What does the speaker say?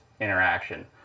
interaction